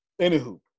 Anywho